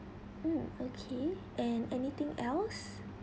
mm okay and anything else